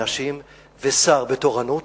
עם שניים-שלושה אנשים ושר בתורנות